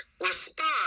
respond